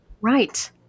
Right